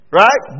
right